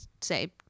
say